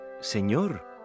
Señor